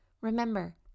Remember